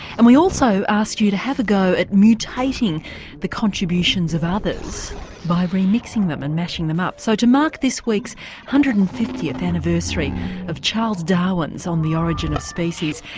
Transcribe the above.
and we also asked you to have a go at mutating the contributions of others by remixing them and mashing them up. so to mark this week's one hundred and fiftieth anniversary of charles darwin on the origin of species,